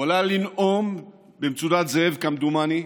הוא עלה לנאום במצודת זאב, כמדומני,